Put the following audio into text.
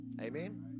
amen